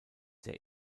der